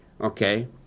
Okay